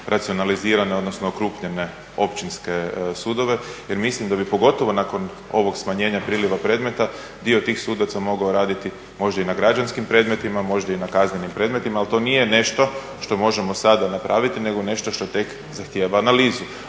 racionalizirane odnosno okrupljene općinske sudove jer mislim da bi pogotovo nakon ovog smanjenja prilijeva predmeta dio tih sudaca mogao raditi možda i na građanskim predmetima, možda i na kaznenim predmetima. Ali to nije nešto što možemo sada napraviti, nego nešto što tek zahtjeva analizu.